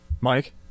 mike